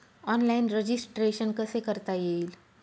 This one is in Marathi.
ऑनलाईन रजिस्ट्रेशन कसे करता येईल?